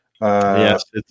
yes